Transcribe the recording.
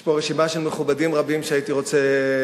יש פה רשימה של מכובדים רבים שהייתי רוצה,